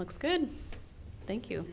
looks good thank you